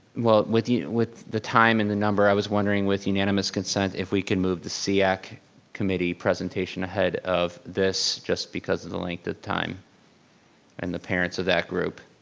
well with you with the time and the number, i was wondering with unanimous consent if we can move the seac committee presentation ahead of this just because of the length of time and the parents of that group.